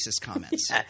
comments